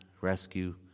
rescue